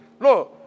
No